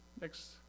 Next